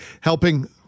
helping